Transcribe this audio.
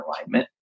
alignment